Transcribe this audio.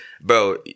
bro